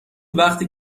وقتی